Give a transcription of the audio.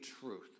truth